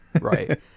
right